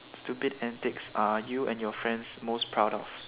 stupid antics are you and your friends most proud of